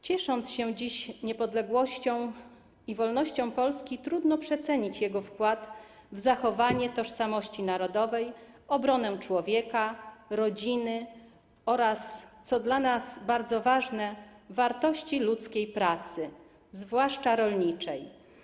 Ciesząc się dziś niepodległością i wolnością Polski, trudno przecenić jego wkład w zachowanie tożsamości narodowej, obronę człowieka, rodziny oraz, co dla nas bardzo ważne, wartości ludzkiej pracy, zwłaszcza rolniczej.